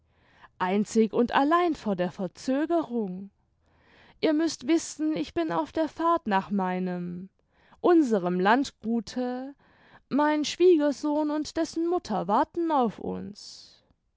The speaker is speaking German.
einzig und allein vor der verzögerung ihr müßt wissen ich bin auf der fahrt nach meinem unserem landgute mein schwiegersohn und dessen mutter warten auf uns